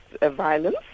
violence